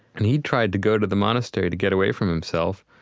and he tried to go to the monastery to get away from himself,